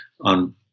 on